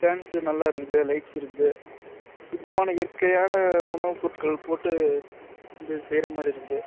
fans நல்லா இருக்குது lights இருக்குது சுத்தமான இயற்கையான உணவுப்பொருட்கள் போட்டு இது செய்கிற மாதிரி இருக்குது